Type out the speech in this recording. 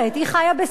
היא חיה בסרט,